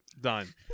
Done